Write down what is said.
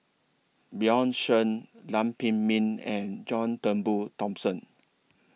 Bjorn Shen Lam Pin Min and John Turnbull Thomson